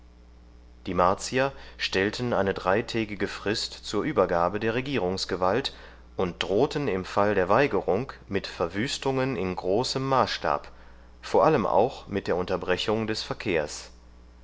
die martier stellten eine dreitägige frist zur übergabe der regierungsgewalt und drohten im fall der weigerung mit verwüstungen in großem maßstab vor allem auch mit unterbrechung des verkehrs